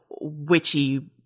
witchy